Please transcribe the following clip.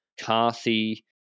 Carthy